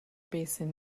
basin